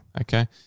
Okay